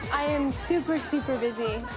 i am super, super busy.